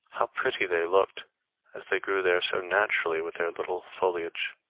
how pretty they looked as they grew there so naturally with their little foliage!